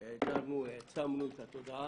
שהעצמנו את התודעה.